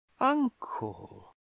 Uncle